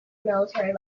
military